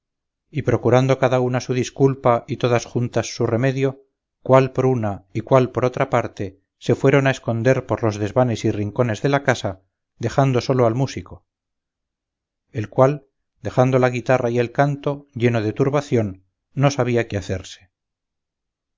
y procurando cada una su disculpa y todas juntas su remedio cuál por una y cuál por otra parte se fueron a esconder por los desvanes y rincones de la casa dejando solo al músico el cual dejando la guitarra y el canto lleno de turbación no sabía qué hacerse